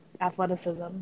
athleticism